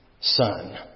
son